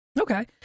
Okay